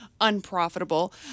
unprofitable